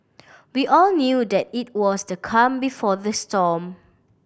we all knew that it was the calm before the storm